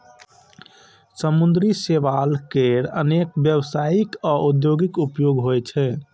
समुद्री शैवाल केर अनेक व्यावसायिक आ औद्योगिक उपयोग होइ छै